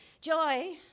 Joy